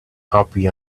happy